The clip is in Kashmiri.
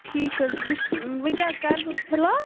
ٹھیٖک حظ وۄنۍ چھِ وۄنۍ کیٛاہ کَرٕ بہٕ فِلحال